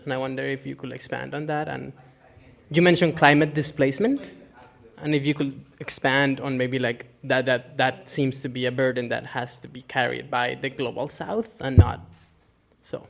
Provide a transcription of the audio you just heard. and i wonder if you could expand on that and you mentioned climate displacement and if you could expand on maybe like that that seems to be a burden that has to be carried by the global south and not so